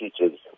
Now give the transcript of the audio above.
teachers